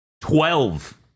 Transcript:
twelve